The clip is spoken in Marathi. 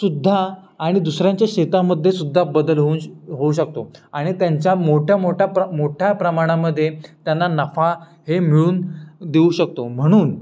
सुद्धा आणि दुसऱ्यांच्या शेतामध्ये सुद्धा बदल होऊन होऊ शकतो आणि त्यांच्या मोठ्या मोठ्या प्र मोठ्या प्रमाणामधे त्यांना नफा हे मिळून देऊ शकतो म्हणून